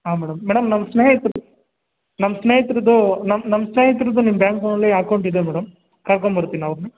ಹಾಂ madam madam ನಮ್ಮ ಸ್ನೇಹಿತರದು ನಮ್ಮ ಸ್ನೇಹಿತರದು ನಮ್ಮ ನಮ್ಮ ಸ್ನೇಹಿತರದು ನಿಮ್ಮ ಬ್ಯಾಂಕಲ್ಲಿ ಅಕೌಂಟ್ ಇದೆ ಮೇಡಮ್ ಕರ್ಕೊಂಬರ್ತೀನಿ ಅವ್ರನ್ನ